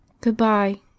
Goodbye